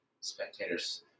spectator's